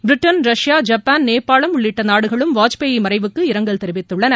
Britain Russia Japan நேபாளம் உள்ளிட்ட நாடுகளும் வாஜ்பாய் மறைவுக்கு இரங்கல் தெரிவித்துள்ளன